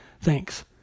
Thanks